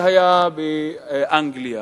שהיה באנגליה.